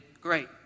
great